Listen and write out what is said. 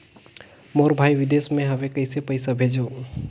मोर भाई विदेश मे हवे कइसे पईसा भेजो?